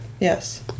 yes